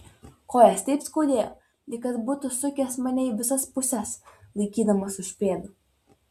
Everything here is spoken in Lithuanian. kojas taip skaudėjo lyg kas būtų sukęs mane į visas puses laikydamas už pėdų